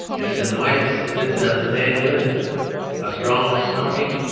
it is a noise that does a man good a strong, snorting,